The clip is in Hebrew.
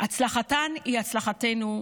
הצלחתכן היא הצלחתנו.